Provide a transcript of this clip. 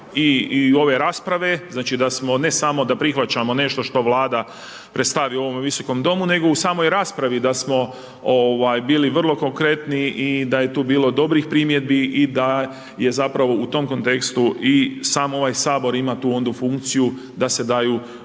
i ove rasprave, znači da smo, ne samo da prihvaćamo nešto što vlada predstavi u ovom Visokom domu, nego u samoj raspravi, da smo bili vrlo konkretni i da je tu bilo dobrih primjedbi i da je zapravo u tom kontekstu i sam ovaj Sabor ima tu onda funkciju da se daju